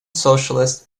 socialist